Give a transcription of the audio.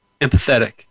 Empathetic